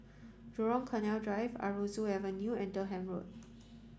Jurong Canal Drive Aroozoo Avenue and Durham Road